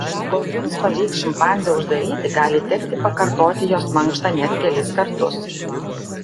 kol jums pavyks šimpanzę uždaryti gali tekti pakartoti jos mankštą net kelis kartus